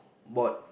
board